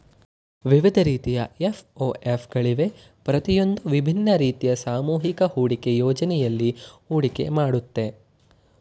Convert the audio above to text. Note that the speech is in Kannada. ವಿವಿಧ ರೀತಿಯ ಎಫ್.ಒ.ಎಫ್ ಗಳಿವೆ ಪ್ರತಿಯೊಂದೂ ವಿಭಿನ್ನ ರೀತಿಯ ಸಾಮೂಹಿಕ ಹೂಡಿಕೆ ಯೋಜ್ನೆಯಲ್ಲಿ ಹೂಡಿಕೆ ಮಾಡುತ್ತೆ